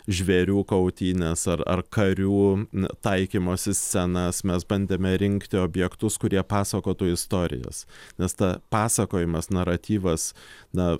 žvėrių kautynes ar ar karių taikymosi scenas mes bandėme rinkti objektus kurie pasakotų istorijas nes ta pasakojimas naratyvas na